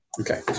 okay